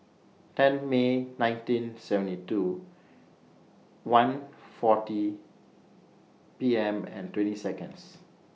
ten May nineteen seventy two one forty A M and twenty Seconds